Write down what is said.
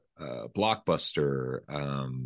Blockbuster